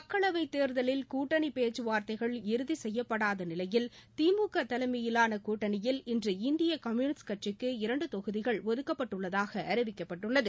மக்களவை தேர்தலில் கூட்டணி பேச்சுவார்த்தைகள் இறுதி செய்யப்படாத நிலையில் திமுக தலைமையிலாள கூட்டணியில் இன்று இந்திய கம்பூனிஸ்ட் கட்சிக்கு இரண்டு தொகுதிகள் ஒதுக்கப்பட்டுள்ளதாக அறிவிக்கப்பட்டுள்ளது